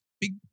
Big